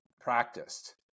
practiced